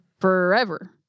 Forever